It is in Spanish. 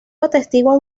atestiguan